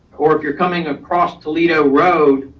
or if you're coming across toledo road,